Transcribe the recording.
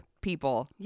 people